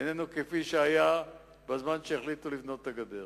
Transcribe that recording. איננו כפי שהיה בזמן שהחליטו לבנות את הגדר.